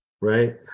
right